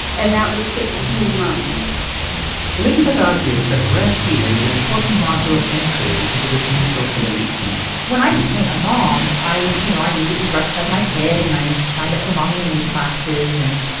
and that was sixteen months elizabeth argues that breastfeeding is an important marker of entry into this new social elite when i became a mom, you know, i immediately breastfed my kid, and i signed up for mommy and me classes. and,